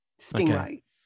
stingrays